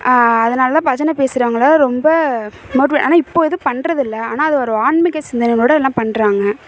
அதனால் தான் பஜனை பேசுகிறவங்கள ரொம்ப நோட் பண் ஆனால் இப்போ எதுவும் பண்றது இல்லை ஆனால் அது ஒரு ஆன்மீக சிந்தனைகளோட எல்லாம் பண்றாங்க